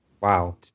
Wow